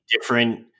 different